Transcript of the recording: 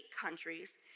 countries